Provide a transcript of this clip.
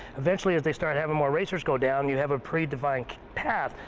eventually as they start having more racers go down you have a pretty defined path.